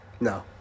No